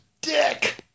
dick